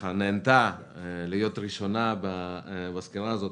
שנענתה להיות ראשונה בסקירה הזאת.